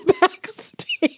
backstage